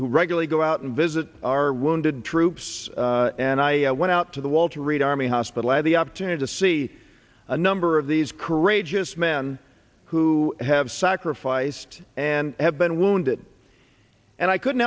who regularly go out and visit our wounded troops and i went out to the walter reed army hospital i had the opportunity to see a number of these courageous men who have sacrificed and have been wounded and i couldn't